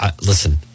listen